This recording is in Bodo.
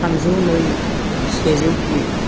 थामजौ नै सेजौ गु